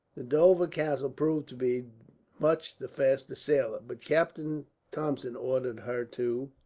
the dover castle proved to be much the faster sailer, but captain thompson ordered her to